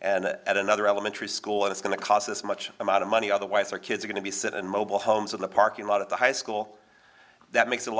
and at another elementary school that's going to cost this much amount of money otherwise our kids are going to be set in mobile homes in the parking lot of the high school that makes it a